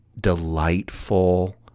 delightful